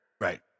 Right